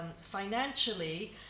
financially